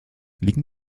liegen